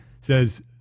says